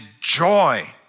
joy